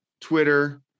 Twitter